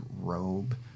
robe